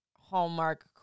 Hallmark